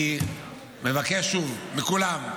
אני מבקש שוב מכולם,